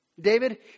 David